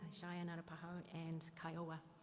cheyenne, arapaho and kiowa.